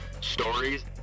stories